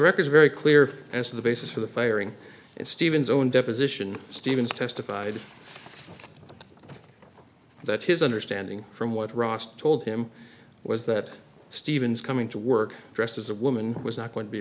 record's very clear as to the basis for the firing and stevens own deposition stevens testified that his understanding from what ross told him was that stevens coming to work dressed as a woman was not going to be